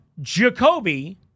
Jacoby